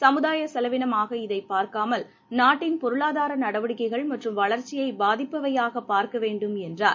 சமுதாயசெலவினமாக இதைப் பார்க்காமல் நாட்டின் பொருளாதாரநடவடிக்கைகள் மற்றும் வளர்ச்சியைபாதிப்பவையாகபார்க்கவேண்டும் என்றார்